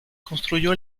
construyó